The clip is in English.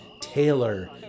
Taylor